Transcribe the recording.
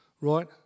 right